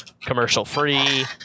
commercial-free